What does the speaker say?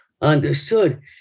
understood